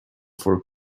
for